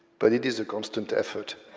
but it is a constant effort.